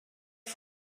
der